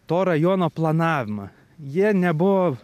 to rajono planavimą jie nebuvo